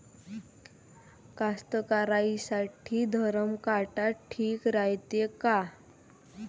कास्तकाराइसाठी धरम काटा ठीक रायते का?